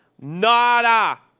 Nada